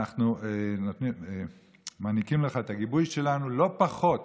אנחנו מעניקים לך את הגיבוי שלנו לא פחות